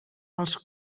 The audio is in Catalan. els